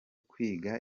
kwiga